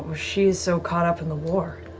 ah she's so caught up in the war.